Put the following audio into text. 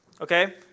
Okay